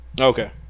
Okay